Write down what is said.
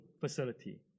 facility